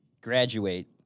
graduate